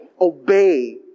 obey